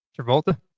Travolta